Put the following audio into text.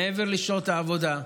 מעבר לשעות העבודה,